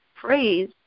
phrase